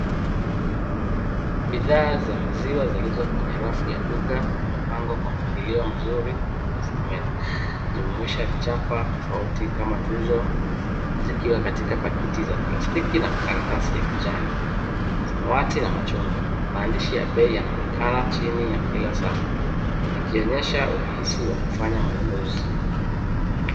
Bidhaa za maziwa zilizo kwenye rafu ya duka zimepangwa kwa mpangilio mzuri na zimejumuisha chapa tofauti kama tuzo zikiwa katika pakiti za plastiki na karatasi ya kijani, samawati na machungwa. Maandishi ya bei yanaonekana chini ya kila safu yakionyesha urahisi wa kufanya manunuzi.